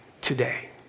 today